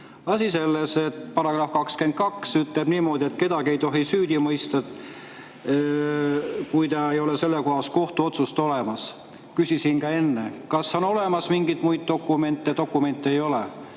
Asi on selles, et § 22 ütleb niimoodi, et kedagi ei tohi süüdi mõista, kui ei ole sellekohast kohtuotsust olemas. Küsisin ka enne, kas on olemas mingeid muid dokumente. Dokumente ei ole.